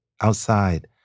outside